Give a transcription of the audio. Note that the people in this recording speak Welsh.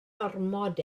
ormod